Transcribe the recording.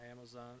Amazon